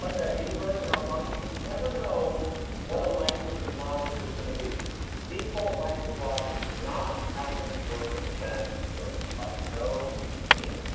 like that inverse and algonkin. you never know what a language is. logic is going to be default language. logic is not how things work in spanish and german. by no means.